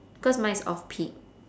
cause mine is off-peak